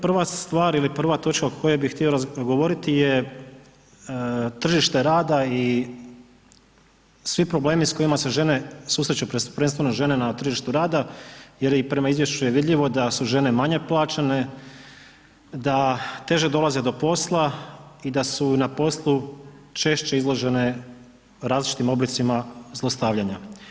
Prva stvar ili prva točka o kojoj bi htio govoriti je tržište rada i svi problemi s kojima se žene susreću, prvenstveno žene na tržištu rada jer je i prema izvješću vidljivo da su žene manje plaćene, da teže dolaze do posla i da su na poslu češće izložene različitim oblicima zlostavljanja.